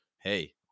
hey